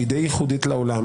שהיא די ייחודית לעולם,